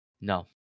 No